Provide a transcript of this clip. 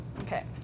Okay